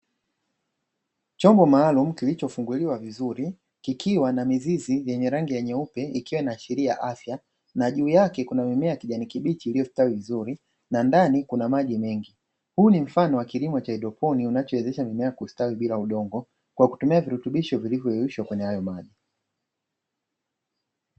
Chomba maalumu kilichofunguliwa vizuri kikiwa na mizizi yenye rangi nyeupe ikiwa inaashiria afya na juu yake kuna mimea ya kijani kibichi iliyostawi vizuri na ndani kuna maji mengi. Huu ni mfano wa kilimo cha haidroponi unachowezesha mimea kustawi bila udongo kwa kutumia virutubisho vilivyoyeyushwa kwenye hayo maji.